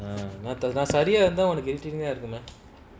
நேத்துஅதான்சரியாஇருந்தா:nethu adhan saria iruntha